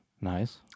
nice